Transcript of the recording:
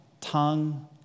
Tongue